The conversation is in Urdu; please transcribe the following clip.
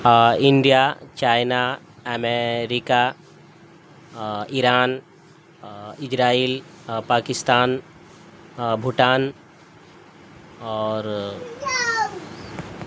India China America Iran Israel Pakistan Bhutan اور